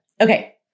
Okay